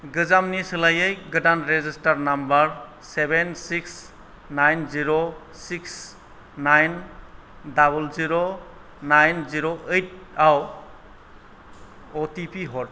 गोजामनि सोलायै गोदान registered number seven six nine zero six nine double zero nine zero eight आव O T P हर